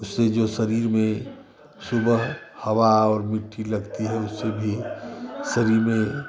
उससे जो है शरीर में सुबह हवा और मिट्टी लगती है उससे भी शरीर में